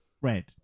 red